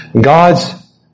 God's